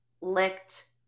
licked